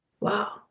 Wow